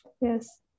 Yes